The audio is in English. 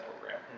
program